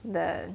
the